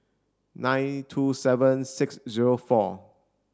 nine two seven six zero four